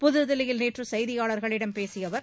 புதுதில்லியில் நேற்று செய்தியாளர்களிடம் பேசிய அவர்